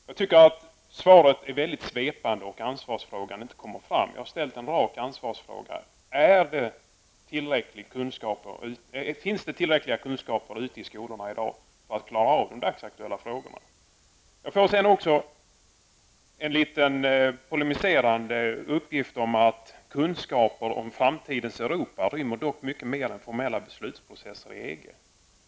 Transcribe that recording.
Jag tycker att svaret är väldigt svepande, och ansvarsfrågan berörs inte alls. Jag ställde en rak fråga om ansvaret: Finns det tillräckliga kunskaper ute i skolorna i dag för att man skall kunna hantera de dagsaktuella frågorna? Svaret innehåller en något polemiserande uppgift om att kunskaper om framtidens Europa rymmer dock mer än formella beslutsprocesser i EG.